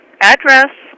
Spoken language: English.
address